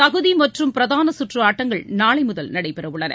தகுதி மற்றும் பிரதான சுற்று ஆட்டங்கள் நாளைமுதல் நடைபெற உள்ளன